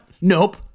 Nope